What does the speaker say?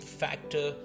factor